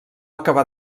acabà